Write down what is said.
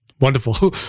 wonderful